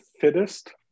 fittest